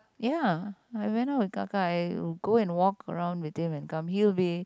ya I went out with kakak I will go and walk around with him and come he will be